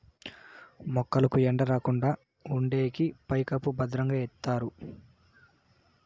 మొక్కలకు ఎండ రాకుండా ఉండేకి పైకప్పు భద్రంగా ఎత్తారు